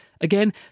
Again